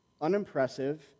unimpressive